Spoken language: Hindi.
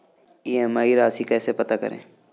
ई.एम.आई राशि कैसे पता करें?